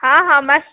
हा हा मस्तु